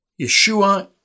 Yeshua